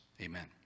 Amen